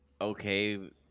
okay